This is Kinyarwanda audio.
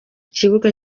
kibuga